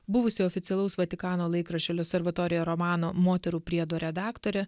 buvusi oficialaus vatikano laikraščio lio servatorija romano moterų priedo redaktorė